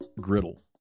griddle